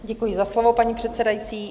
Děkuji za slovo, paní předsedající.